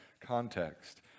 context